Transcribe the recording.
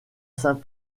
saint